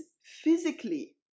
physically